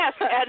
Yes